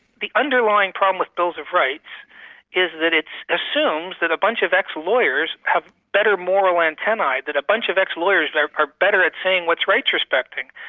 the underlying problem with bills of rights is that it assumes that a bunch of ex-lawyers have better moral antennae, that a bunch of ex-lawyers are are better at saying what's rights respecting.